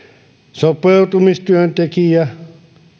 sopeuttamistyöntekijä